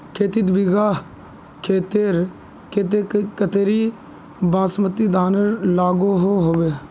खेती बिगहा खेतेर केते कतेरी बासमती धानेर लागोहो होबे?